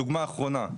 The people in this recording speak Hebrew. דוגמה אחרונה,